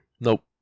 Nope